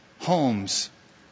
homes